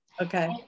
Okay